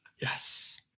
Yes